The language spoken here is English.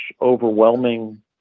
overwhelming